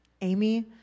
Amy